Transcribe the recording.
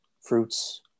fruits